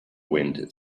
wind